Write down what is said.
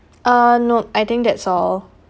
uh nope I think that's all